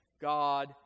God